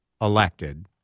elected